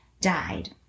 died